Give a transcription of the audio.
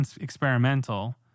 experimental